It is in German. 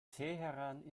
teheran